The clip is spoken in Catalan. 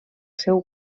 seu